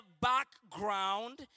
background